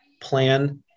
plan